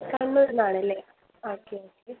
കണ്ണൂരിൽ നിന്നാണല്ലേ okay okay